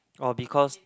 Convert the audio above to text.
or because